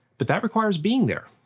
but that requires being there.